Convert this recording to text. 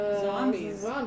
Zombies